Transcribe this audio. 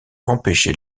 empêcher